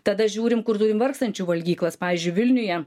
tada žiūrim kur turim vargstančių valgyklas pavyzdžiui vilniuje